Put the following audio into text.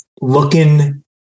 Looking